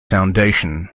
foundation